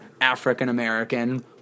african-american